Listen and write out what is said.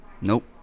nope